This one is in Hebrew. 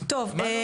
מה "לא נעים"?